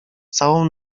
całą